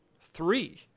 Three